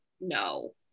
no